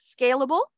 scalable